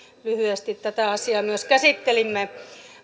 lyhyesti tätä asiaa myös käsittelimme